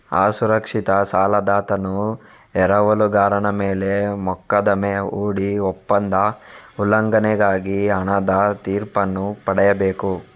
ಅಸುರಕ್ಷಿತ ಸಾಲದಾತನು ಎರವಲುಗಾರನ ಮೇಲೆ ಮೊಕದ್ದಮೆ ಹೂಡಿ ಒಪ್ಪಂದದ ಉಲ್ಲಂಘನೆಗಾಗಿ ಹಣದ ತೀರ್ಪನ್ನು ಪಡೆಯಬೇಕು